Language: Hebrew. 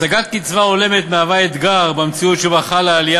השגת קצבה הולמת מהווה אתגר במציאות שבה חלה עלייה